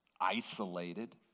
isolated